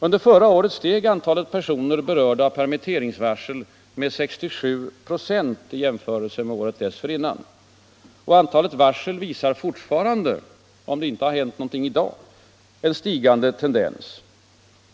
Under förra året steg antalet personer berörda av permitteringsvarsel med 67 96 i jämförelse med året dessförinnan. Antalet varsel visar fortfarande - om det inte har hänt någonting i dag — en stigande tendens.